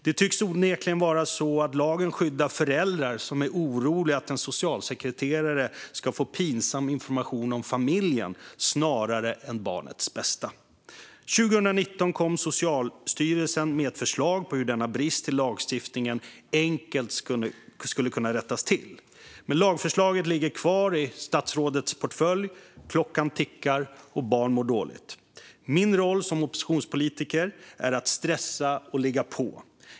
Det tycks onekligen vara så att lagen skyddar föräldrar som är oroliga för att en socialsekreterare ska få pinsam information om familjen. Det tycks handla om det snarare än om barnets bästa. År 2019 kom Socialstyrelsen med ett förslag på hur denna brist i lagstiftningen enkelt skulle kunna rättas till. Men lagförslaget ligger kvar i statsrådets portfölj. Klockan tickar, och barn mår dåligt. Min roll som oppositionspolitiker är att stressa och ligga på.